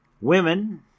Women